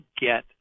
get